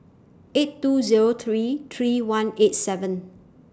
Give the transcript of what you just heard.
eight two Zero three three one eight seven